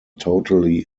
totally